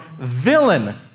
villain